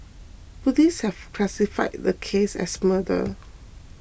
police have classified the case as murder